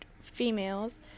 females